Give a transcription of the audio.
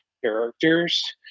characters